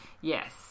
Yes